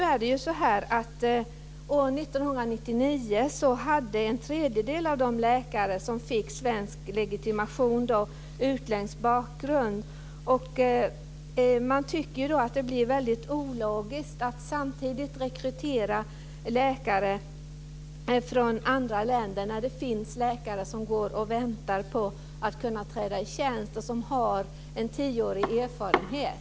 År 1999 hade en tredjedel av de läkare som fick svensk legitimation utländsk bakgrund. Man tycker att det är väldigt ologiskt att rekrytera läkare från andra länder när det samtidigt finns läkare som går och väntar på att kunna träda i tjänst och som har en tioårig erfarenhet.